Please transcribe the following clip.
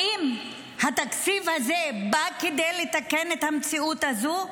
האם התקציב הזה בא כדי לתקן את המציאות הזאת?